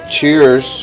Cheers